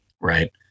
Right